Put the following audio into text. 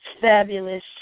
fabulous